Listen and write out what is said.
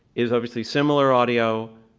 is obviously similar audio,